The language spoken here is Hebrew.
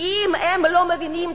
אם הם לא מבינים,